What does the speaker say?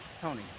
Tony